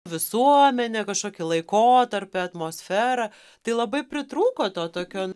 visuomenę kažkokį laikotarpį atmosferą tai labai pritrūko to tokio